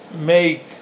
make